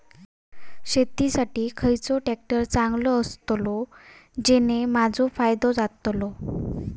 शेती साठी खयचो ट्रॅक्टर चांगलो अस्तलो ज्याने माजो फायदो जातलो?